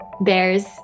bears